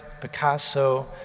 Picasso